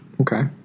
Okay